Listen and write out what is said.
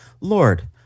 Lord